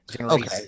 Okay